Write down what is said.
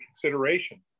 consideration